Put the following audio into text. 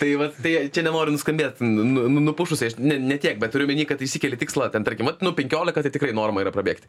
tai vat tai nenoriu nuskambėt nu nu nupušusiai aš ne tiek bet turiu omeny kad išsikeli tikslą ten tarkim nu vat penkiolika tai tikrai norma yra pabėgti